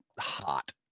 hot